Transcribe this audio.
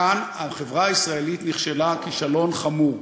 כאן החברה הישראלית נכשלה כישלון חמור.